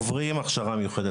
עוברים הכשרה מיוחדת.